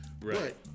Right